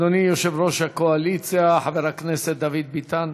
אדוני יושב-ראש הקואליציה חבר הכנסת דוד ביטן,